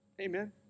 Amen